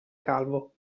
calvo